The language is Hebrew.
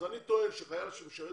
אני טוען שחייל שמשרת